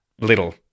little